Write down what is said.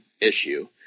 issue